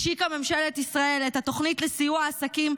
השיקה ממשלת ישראל את התוכנית לסיוע עסקים,